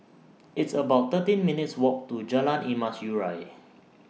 It's about thirteen minutes' Walk to Jalan Emas Urai